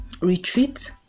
retreat